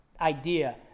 idea